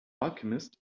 alchemist